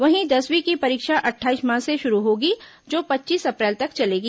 वहीं दसवीं की परीक्षा अट्ठाईस मार्च से शुरू होगी जो पच्चीस अप्रैल तक चलेगी